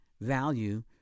value